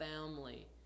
family